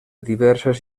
diverses